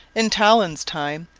in talon's time,